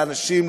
לאנשים,